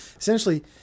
Essentially